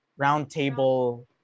roundtable